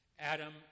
Adam